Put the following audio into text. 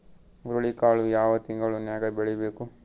ಹುರುಳಿಕಾಳು ಯಾವ ತಿಂಗಳು ನ್ಯಾಗ್ ಬೆಳಿಬೇಕು?